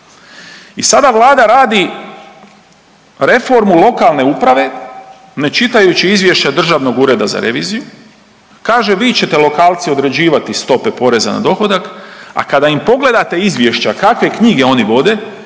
I sada Vlada radi reformu lokalne uprave ne čitajući izvješća Državnog ureda za reviziju, kaže vi ćete lokalci odrađivati stope poreza na dohodak, a kada im pogledate izvješća kakve knjige oni vode,